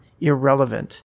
irrelevant